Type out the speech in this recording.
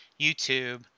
YouTube